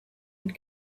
had